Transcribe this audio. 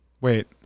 Wait